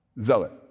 zealot